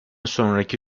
sonraki